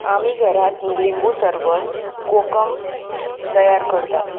आमी घरांत लिंबू सरबत कोकम तयार करतात